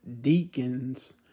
Deacons